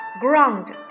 ground